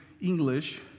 English